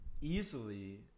easily